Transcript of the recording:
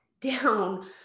down